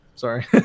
sorry